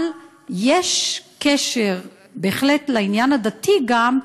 אבל יש קשר בהחלט לעניין הדתי גם,